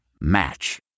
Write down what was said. Match